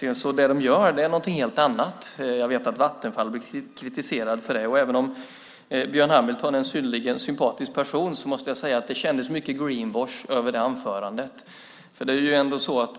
det som de sedan gör är någonting helt annat. Jag vet att Vattenfall har blivit kritiserat för det. Även om Björn Hamilton är en synnerligen sympatisk person måste jag säga att hans anförande kändes mycket green wash.